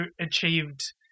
achieved